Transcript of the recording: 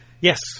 Yes